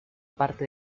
parte